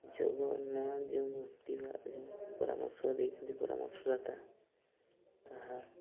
ଯୋଗ ନୂଆ ଯେଉଁ ବ୍ୟକ୍ତି ବା ଯେଉଁ ପରାମର୍ଶ ଦେଇଥାନ୍ତି ପରାମର୍ଶ ଦାତା ତାହା